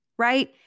right